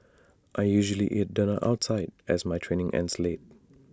I usually eat dinner outside as my training ends late